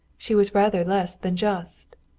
she was rather less than just.